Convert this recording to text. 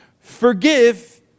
Forgive